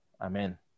Amen